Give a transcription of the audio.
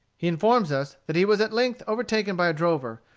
he informs us that he was at length overtaken by a drover,